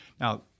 Now